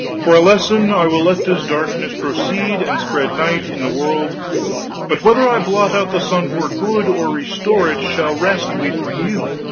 for a lesson, i will let this darkness proceed, and spread night in the world but whether i blot out the sun for good, or restore it, shall rest with you.